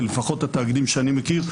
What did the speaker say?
ולפחות התאגידים שאני מכיר,